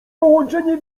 połączenie